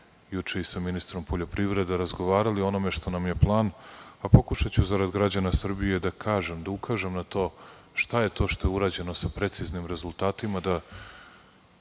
juče i sa ministrom poljoprivrede, razgovarali o onome što nam je plan, a pokušaću, zarad građana Srbije, da kažem, da ukažem na to šta je to što je urađeno sa preciznim rezultatima.